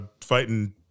fighting